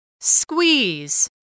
Squeeze